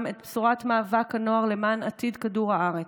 את צורת מאבק הנוער למען עתיד כדור הארץ,